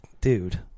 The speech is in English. dude